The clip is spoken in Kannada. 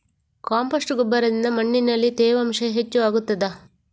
ಕಾಂಪೋಸ್ಟ್ ಗೊಬ್ಬರದಿಂದ ಮಣ್ಣಿನಲ್ಲಿ ತೇವಾಂಶ ಹೆಚ್ಚು ಆಗುತ್ತದಾ?